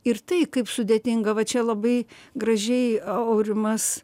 ir tai kaip sudėtinga va čia labai gražiai aurimas